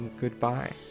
Goodbye